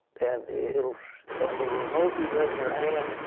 and it will on the remote even, your hand.